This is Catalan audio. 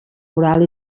oral